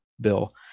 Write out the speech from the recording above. bill